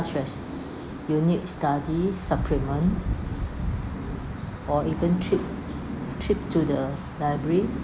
such as unit study supplement or even trip trip to the library